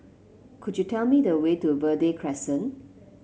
could you tell me the way to Verde Crescent